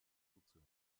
zuzuhören